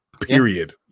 period